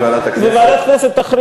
ועדת הכנסת.